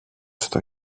στο